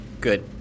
Good